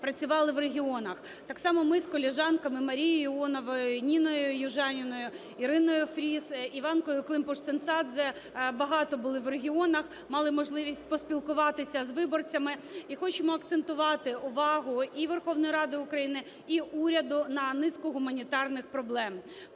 працювали в регіонах. Так само ми з колежанками Марією Іоновою, Ніною Южаніною, Іриною Фріз, Іванкою Климпуш-Цинцадзе багато були в регіонах, мали можливість поспілкуватися з виборцями. І хочемо акцентувати увагу і Верховної Ради України, і уряду на низку гуманітарних проблем.